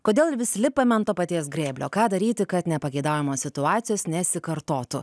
kodėl vis lipame ant to paties grėblio ką daryti kad nepageidaujamos situacijos nesikartotų